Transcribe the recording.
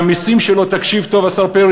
והמסים שלו, תקשיב טוב, השר פרי